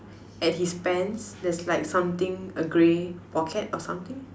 at his pants there's like something a grey pocket or something